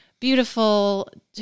Beautiful